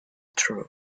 true